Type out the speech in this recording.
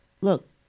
Look